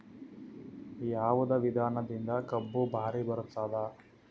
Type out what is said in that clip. ಯಾವದ ವಿಧಾನದಿಂದ ಕಬ್ಬು ಭಾರಿ ಬರತ್ತಾದ?